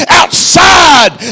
outside